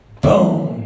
boom